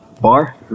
bar